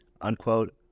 unquote